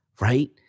right